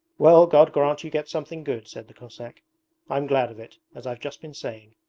well, god grant you get something good said the cossack i'm glad of it, as i've just been saying